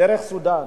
דרך סודן.